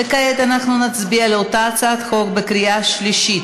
וכעת אנחנו נצביע על אותה הצעת חוק בקריאה שלישית.